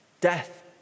Death